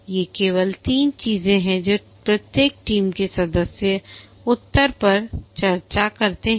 ये केवल 3 चीजें हैं जो प्रत्येक टीम के सदस्य उत्तर पर चर्चा करते हैं